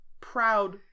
Proud